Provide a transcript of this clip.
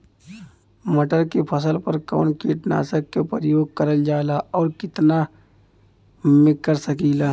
मटर के फसल पर कवन कीटनाशक क प्रयोग करल जाला और कितना में कर सकीला?